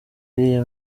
iriya